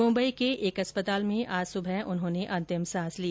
मुंबई के एक अस्पताल में आज सुबह उन्होंने अंतिम सांस ली